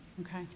Okay